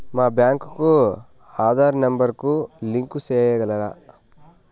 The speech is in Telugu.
మా బ్యాంకు కు ఆధార్ నెంబర్ కు లింకు సేయగలరా?